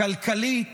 כלכלית